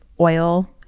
oil